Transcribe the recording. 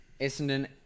Essendon